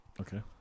okay